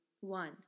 One